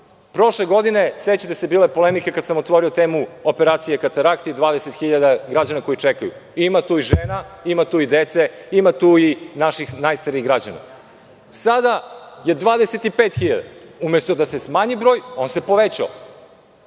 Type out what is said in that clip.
dugo. Prošle godine, sećate se, bilo je polemike kada sam otvorio temu operacije katarakte i 20.000 građana koji čekaju. Ima tu i žene i dece, ima tu i naših najstarijih građana. Sada je 25.000. Umesto da se smanji broj, on se povećao.